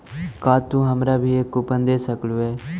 का तू हमारा भी एक कूपन दे सकलू हे